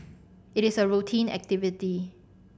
it is a routine activity